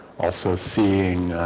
also seeing